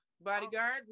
Bodyguard